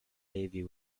navy